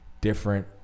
different